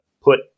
put